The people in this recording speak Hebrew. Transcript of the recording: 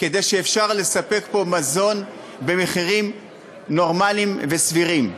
כדי שאפשר יהיה לספק פה מזון במחירים נורמליים וסבירים.